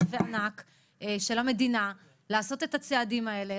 וענק של המדינה לעשות את הצעדים האלה,